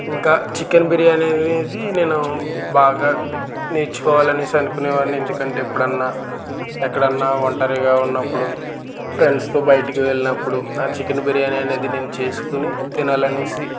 ఇంకా చికెన్ బిర్యానీ అనేది నేను బాగా నేర్చుకోవాలి అని అనుకునే వాడిని ఎందుకంటే ఎప్పుడన్నా ఎక్కడన్న ఒంటరిగా ఉన్నప్పుడు ఫ్రెండ్స్తో బయటికి వెళ్ళినప్పుడు నా చికెన్ బిర్యానీ అనేది నేను చేసుకుని తినాలి అని